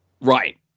Right